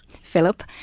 Philip